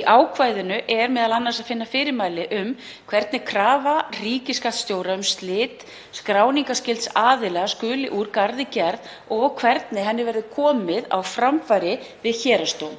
Í ákvæðinu er m.a. að finna fyrirmæli um hvernig krafa ríkisskattstjóra um slit skráningarskylds aðila skuli úr garði gerð og hvernig henni verður komið á framfæri við héraðsdóm,